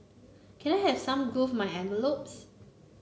can I have some glue my envelopes